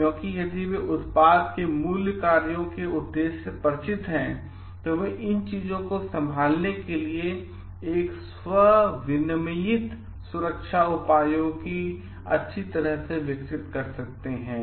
क्योंकि यदि वे उत्पाद के मूल कार्यों के उद्देश्य से परिचित हैं वे इन चीजों को संभालने के लिए एक स्व विनियमित सुरक्षा उपायों को अच्छी तरह तरह विकसित कर सकते हैं